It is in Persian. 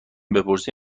بپرسی